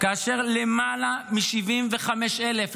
כאשר למעלה מ-75,000,